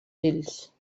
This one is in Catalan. fills